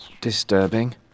disturbing